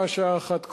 ויפה שעה אחת קודם,